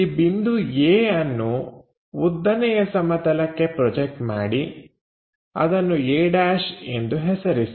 ಈ ಬಿಂದು A ಅನ್ನು ಉದ್ದನೆಯ ಸಮತಲಕ್ಕೆ ಪ್ರೊಜೆಕ್ಟ್ ಮಾಡಿ ಅದನ್ನು a' ಎಂದು ಹೆಸರಿಸಿ